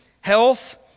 Health